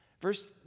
Verse